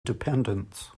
dependence